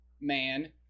man